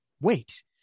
wait